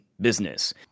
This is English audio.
business